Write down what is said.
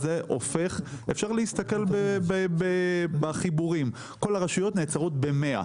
אפשר להסתכל בחיבורים; כל הרשויות נעצרות ב-100.